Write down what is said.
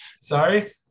sorry